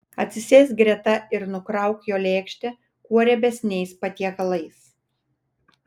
atsisėsk greta ir nukrauk jo lėkštę kuo riebesniais patiekalais